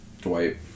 Dwight